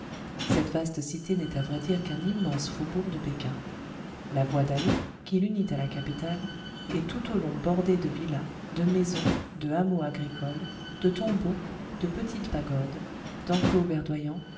cette vaste cité n'est à vrai dire qu'un immense faubourg de péking la voie dallée qui l'unit à la capitale est tout au long bordée de villas de maisons de hameaux agricoles de tombeaux de petites pagodes d'enclos verdoyants